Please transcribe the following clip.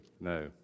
No